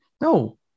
No